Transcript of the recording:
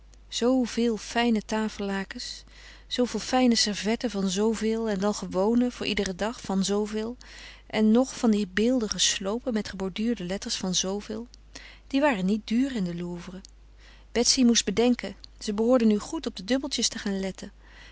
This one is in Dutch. zooveel fijne tafellakens zooveel fijne servetten van zooveel en dan gewone voor iederen dag van zooveel en nog van die beeldige sloopen met geborduurde letters van zooveel die waren niet duur in de louvre betsy moest bedenken ze behoorde nu goed op de dubbeltjes te gaan letten